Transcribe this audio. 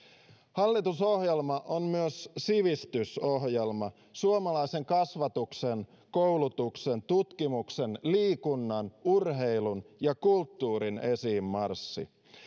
hallitusohjelma on myös sivistysohjelma suomalaisen kasvatuksen koulutuksen tutkimuksen liikunnan urheilun ja kulttuurin esiinmarssi